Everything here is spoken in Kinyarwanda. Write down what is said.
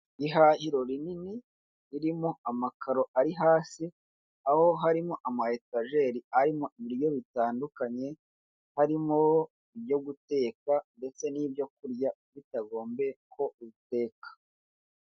Ihahiro rinini ririmo amakaro ari hasi, aho harimo ama etajeri arimo ibiryo bitandukanye, harimo ibyo guteka ndetse n'ibyo kurya bitagombye ko ubiteka.